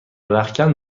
رختکن